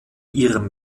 ihrem